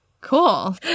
Cool